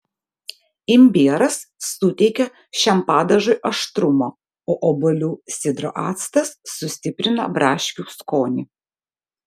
imbieras suteikia šiam padažui aštrumo o obuolių sidro actas sustiprina braškių skonį